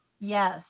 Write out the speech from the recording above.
Yes